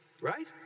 right